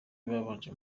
babanje